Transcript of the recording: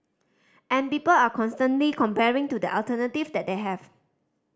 and people are constantly comparing to the alternative that they have